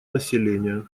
населения